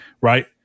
right